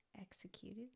Executed